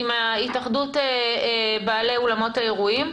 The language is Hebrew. עם התאחדות בעלי האולמות וגני האירועים,